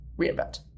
reinvent